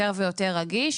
יותר ויותר רגיש.